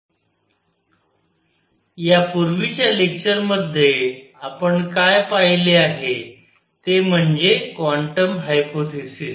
radiation as a collection of particles called photons या पूर्वीच्या lecture मध्ये आपण काय पाहिले आहे ते म्हणजे क्वांटम हायपोथेसिस